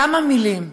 כמה מילים,